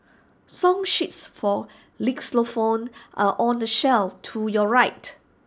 song sheets for xylophones are on the shelf to your right